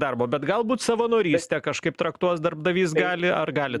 darbo bet galbūt savanorystę kažkaip traktuos darbdavys gali ar gali